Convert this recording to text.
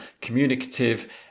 communicative